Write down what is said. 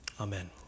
Amen